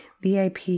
VIP